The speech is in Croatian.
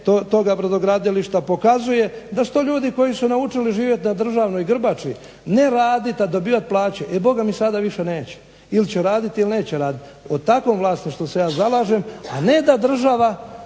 toga brodogradilišta pokazuje da su to ljudi koji su naučili živjeti na državnoj grbači ne radit, a dobivat plaće. E boga mi sada više neće! Ili će raditi, ili neće raditi. O takvom vlasništvu se ja zalažem, a ne da država